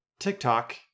tiktok